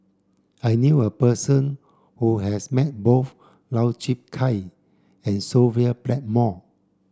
I knew a person who has met both Lau Chiap Khai and Sophia Blackmore